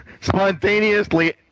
spontaneously